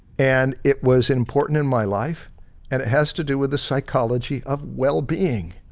and it was important in my life and it has to do with the psychology of well-being,